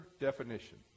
definition